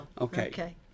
Okay